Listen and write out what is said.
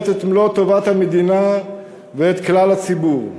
את מלוא טובת המדינה ואת כלל הציבור.